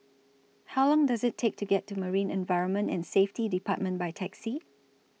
How Long Does IT Take to get to Marine Environment and Safety department By Taxi